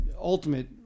ultimate